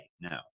No